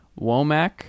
Womack